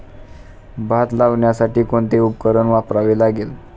भात लावण्यासाठी कोणते उपकरण वापरावे लागेल?